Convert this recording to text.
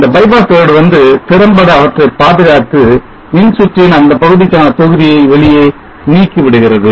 இந்த bypass diode வந்து திறம்பட அவற்றைப் பாதுகாத்து மின்சுற்றின் அந்தப் பகுதிக்கான தொகுதியை வெளியே நீக்கிவிடுகிறது